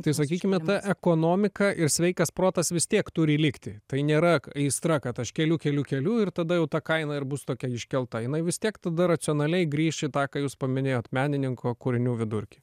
tai sakykime ta ekonomika ir sveikas protas vis tiek turi likti tai nėra aistra kad aš keliu keliu keliu ir tada jau ta kaina ir bus tokia iškelta jinai vis tiek tada racionaliai grįš į tą ką jūs paminėjot menininko kūrinių vidurkį